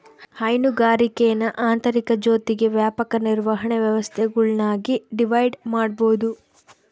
ಹೈನುಗಾರಿಕೇನ ಆಂತರಿಕ ಜೊತಿಗೆ ವ್ಯಾಪಕ ನಿರ್ವಹಣೆ ವ್ಯವಸ್ಥೆಗುಳ್ನಾಗಿ ಡಿವೈಡ್ ಮಾಡ್ಬೋದು